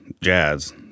jazz